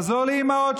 לעזור לאימהות,